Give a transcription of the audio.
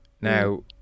Now